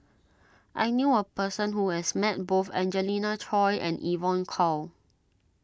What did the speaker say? I knew a person who has met both Angelina Choy and Evon Kow